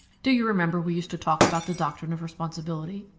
do you remember we used to talk about the doctrine of responsibility?